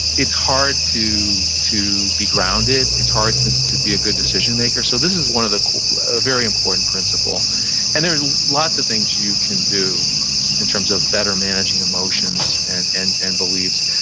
it's hard to to be grounded. it's hard to to be a good decision maker. so this is one of the ah very important principle and there's lots of things you can in terms of better managing emotions and and and beliefs.